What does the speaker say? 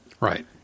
right